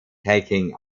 taking